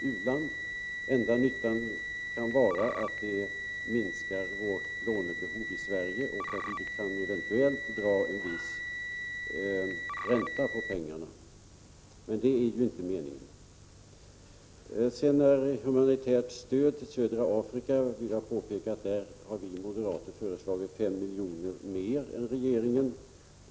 Den enda nyttan kan vara att de minskar Sveriges lånebehov och att vi eventuellt får en viss ränta på pengarna, men det är ju inte meningen. När det gäller humanitärt stöd till södra Afrika vill jag påpeka att vi moderater har föreslagit 5 milj.kr. mer än regeringen.